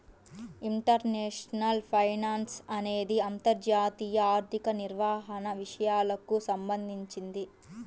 international finance అనేది అంతర్జాతీయ ఆర్థిక నిర్వహణ విషయాలకు సంబంధించింది